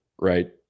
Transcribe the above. right